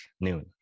noon